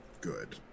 good